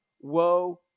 Woe